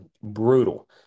brutal